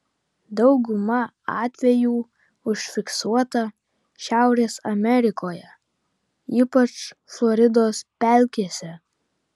dauguma atvejų užfiksuota šiaurės amerikoje ypač floridos pelkėse